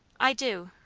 i do,